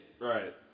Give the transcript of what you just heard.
Right